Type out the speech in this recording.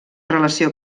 relació